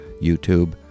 YouTube